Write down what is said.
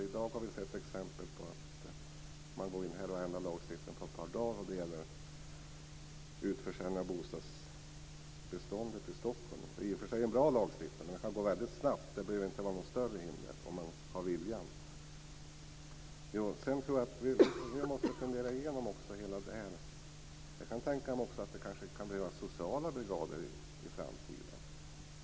I dag har vi ju sett exempel på att man går in och ändrar lagstiftningen på ett par dagar när det gäller utförsäljningen av bostadsbeståndet i Stockholm. Det är i och för sig en bra lagstiftning, men det här kan alltså gå väldigt snabbt. Det behöver inte vara något större hinder om man har viljan. Jag kan tänka mig att det också kan behöva finnas sociala brigader i framtiden. Man ser ju alla dessa flyktingströmmar.